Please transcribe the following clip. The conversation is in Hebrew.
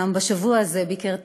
בשבוע הזה גם ביקר טראמפ,